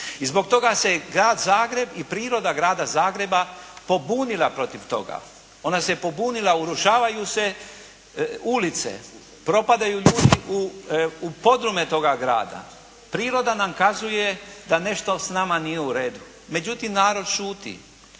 I zbog toga se Grad Zagreb i priroda Grada Zagreba pobunila protiv toga. Ona se pobunila. Urušavaju se ulice, propadaju ljudi u podrume toga grada, priroda nam kazuje da nešto s nama nije u redu. Međutim, narod šuti.